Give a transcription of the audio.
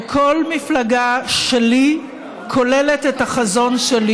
וכל מפלגה שלי כוללת את החזון שלי.